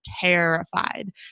terrified